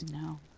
No